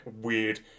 weird